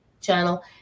channel